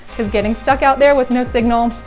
because getting stuck out there with no signal,